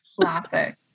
Classic